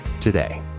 today